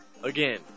Again